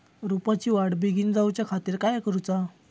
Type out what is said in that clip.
रोपाची वाढ बिगीन जाऊच्या खातीर काय करुचा?